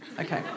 Okay